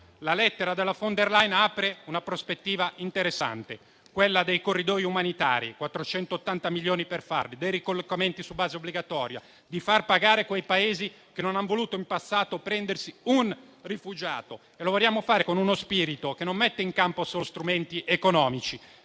La lettera della von der Leyen apre una prospettiva interessante, quella dei corridoi umanitari (480 milioni per farli), dei ricollocamenti su base obbligatoria e di far pagare quei Paesi che in passato non hanno voluto prendersi neppure un rifugiato e lo vogliamo fare con uno spirito che non mette in campo solo strumenti economici.